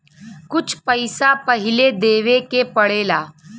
कुछ पैसा पहिले देवे के पड़ेला